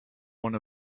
one